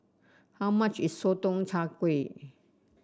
how much is Sotong Char Kway